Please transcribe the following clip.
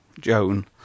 Joan